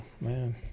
man